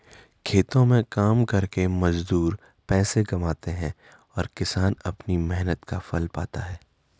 खेतों में काम करके मजदूर पैसे कमाते हैं और किसान अपनी मेहनत का फल पाता है